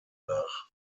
nach